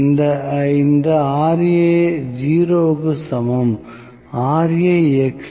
இந்த Ra 0 க்கு சமம் என்பது 0 ஆகும்